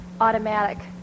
automatic